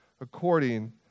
according